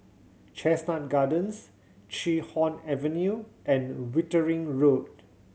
Chestnut Gardens Chee Hoon Avenue and Wittering Road